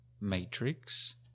Matrix